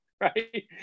right